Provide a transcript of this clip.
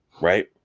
right